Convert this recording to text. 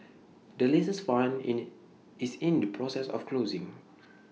the latest fund in is in the process of closing